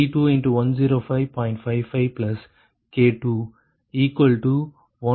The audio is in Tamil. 11 K10